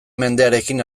mendearekin